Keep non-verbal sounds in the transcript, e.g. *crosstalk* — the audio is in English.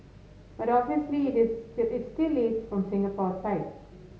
but obviously *unintelligible* it still is from Singapore side